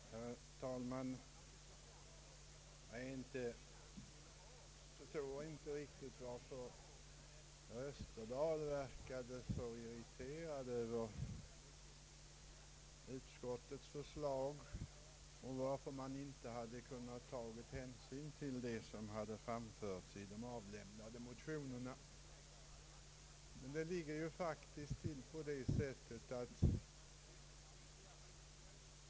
Herr talman! Jag förstår inte riktigt varför herr Österdahl verkade så irriterad över utskottets förslag och över att man inte hade kunnat ta hänsyn till vad som framförts i de avlämnade motionerna.